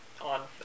on